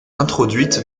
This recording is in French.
introduite